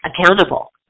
accountable